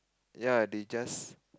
ya they just